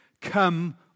come